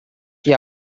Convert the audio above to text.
chi